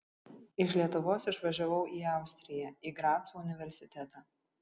iš lietuvos išvažiavau į austriją į graco universitetą